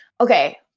Okay